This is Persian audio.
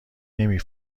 نمی